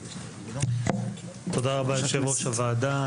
תודה רבה, יושב-ראש הוועדה.